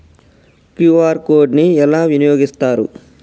QR code ని ఎలా వినియోగిస్తారు?